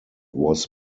was